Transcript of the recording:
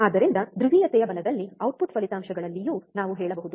ಆದ್ದರಿಂದ ಧ್ರುವೀಯತೆಯ ಬಲದಲ್ಲಿ ಔಟ್ಪುಟ್ ಫಲಿತಾಂಶಗಳಲ್ಲಿಯೂ ನಾವು ಹೇಳಬಹುದು